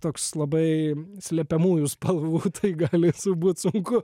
toks labai slepiamųjų spalvų tai gali būt sunku